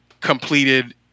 completed